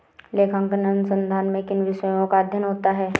लेखांकन अनुसंधान में किन विषयों का अध्ययन होता है?